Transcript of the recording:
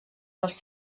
dels